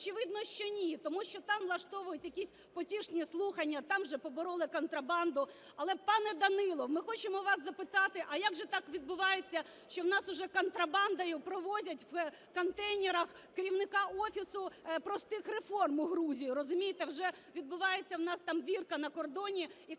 Очевидно, що ні, тому що там влаштовують якісь потішні слухання, там вже побороли контрабанду. Але, пане Данілов, ми хочемо вас запитати, а як же так відбувається, що в нас вже контрабандою провозять у контейнерах керівника Офісу простих реформ у Грузію? Розумієте, вже відбувається в нас там дірка на кордоні,